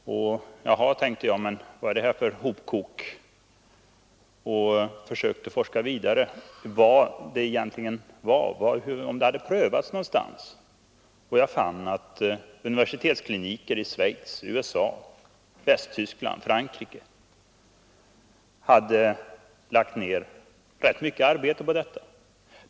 Jaha, tänkte jag, vad är det för hopkok? Jag försökte forska vidare för att få reda på om medlet hade prövats någonstans och fann att universitetskliniker i Schweiz, USA, Västtyskland och Frankrike hade lagt ned ganska mycket arbete på utredning om detta medel.